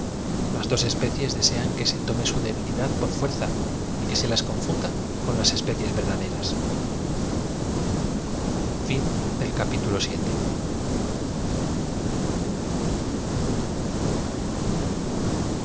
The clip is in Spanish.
las dos especies desean que se tome au debilidad por fuerza y que se las confunda con laa especies verdaderas